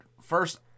first